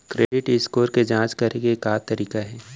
Credit score के जाँच करे के का तरीका हे?